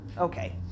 Okay